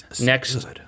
Next